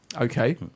Okay